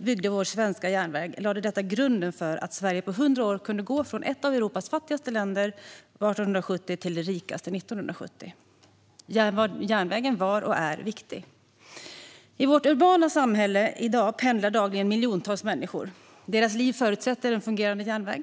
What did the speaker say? byggde vår svenska järnväg lade detta grunden för att Sverige på 100 år kunde gå från ett av Europas fattigaste länder 1870 till det rikaste 1970. Järnvägen var och är viktig. I vårt urbana samhälle i dag pendlar dagligen miljontals människor. Deras liv förutsätter en fungerande järnväg.